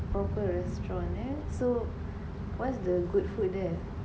proper restaurant eh so what's the good food there